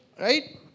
Right